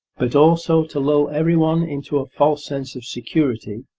but also to lull everyone into a false sense of security,